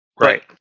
Right